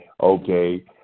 okay